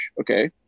okay